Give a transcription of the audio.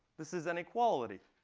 this is an equality.